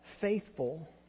faithful